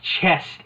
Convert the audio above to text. chest